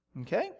Okay